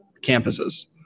campuses